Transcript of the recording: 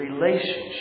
relationship